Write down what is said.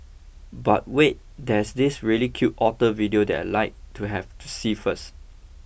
but wait there's this really cute otter video that like to have to see first